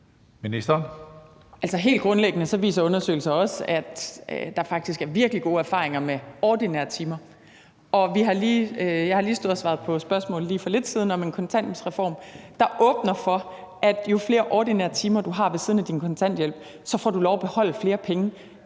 Helt grundlæggende viser undersøgelser også, at der faktisk er virkelig gode erfaringer med ordinære timer. Jeg har lige for lidt siden stået og svaret på spørgsmål om en kontanthjælpsreform, der åbner for, at jo flere ordinære timer du har ved siden af din kontanthjælp, jo flere penge får du lov at beholde i lommen.